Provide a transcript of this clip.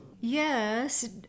yes